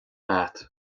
agat